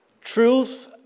Truth